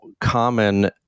common